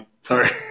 sorry